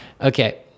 Okay